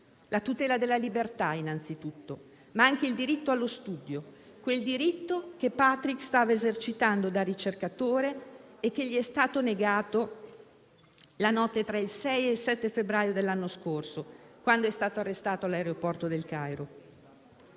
la tutela della libertà, ma anche il diritto allo studio; quel diritto che Patrick stava esercitando da ricercatore e che gli è stato negato la notte tra il 6 e il 7 febbraio dell'anno scorso, quando è stato arrestato all'aeroporto del Cairo,